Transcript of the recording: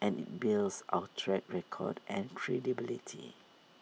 and IT builds our track record and credibility